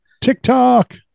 TikTok